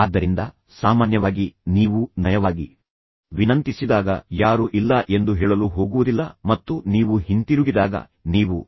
ಆದ್ದರಿಂದ ಸಾಮಾನ್ಯವಾಗಿ ನೀವು ನಯವಾಗಿ ವಿನಂತಿಸಿದಾಗ ಯಾರೂ ಇಲ್ಲ ಎಂದು ಹೇಳಲು ಹೋಗುವುದಿಲ್ಲ ಅವರು ಹೇಳುತ್ತಾರೆ ದಯವಿಟ್ಟು ನಾನು ಕಾಯುತ್ತೇನೆ ಅಥವಾ ಸಾಧ್ಯವಾದಷ್ಟು ಬೇಗ ಮಾಡುತ್ತೇನೆ